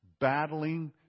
battling